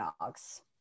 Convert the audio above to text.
dogs